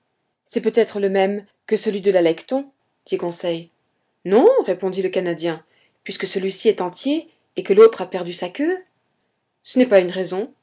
c'est peut-être le même que celui de l'alecton dit conseil non répondit le canadien puisque celui-ci est entier et que l'autre a perdu sa queue ce n'est pas une raison